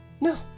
No